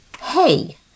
Hey